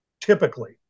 Typically